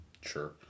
sure